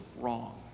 wrong